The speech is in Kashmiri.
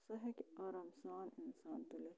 سُہ ہیٚکہِ آرام سان اِنسان تُلِتھ